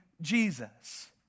Jesus